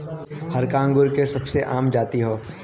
हरका अंगूर के सबसे आम जाति हौ